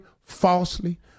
falsely